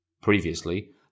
Previously